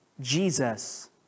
Jesus